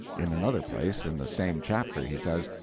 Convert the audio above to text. in another place in the same chapter he says,